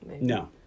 No